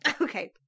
Okay